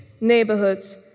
neighborhoods